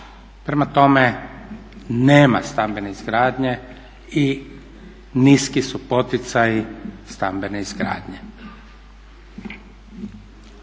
Prema tome, nema stambene izgradnje i niski su poticaji stambene izgradnje.